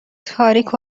تاریک